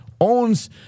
owns